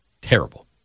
terrible